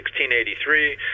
1683